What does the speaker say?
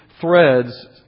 threads